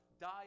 die